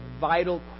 vital